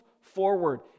forward